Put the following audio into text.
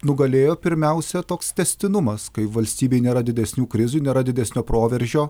nugalėjo pirmiausia toks tęstinumas kai valstybėj nėra didesnių krizių nėra didesnio proveržio